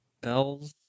Bells